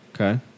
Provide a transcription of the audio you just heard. Okay